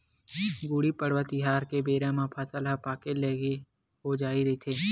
गुड़ी पड़वा तिहार के बेरा म फसल ह पाके के लइक हो जाए रहिथे